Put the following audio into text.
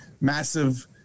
massive